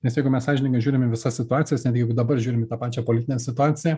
nes jeigu mes sąžiningai žiūrim į visas situacijas netgi jeigu dabar žiūrim į tą pačią politinę situaciją